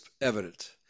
evident